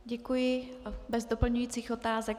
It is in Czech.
Děkuji bez doplňujících otázek.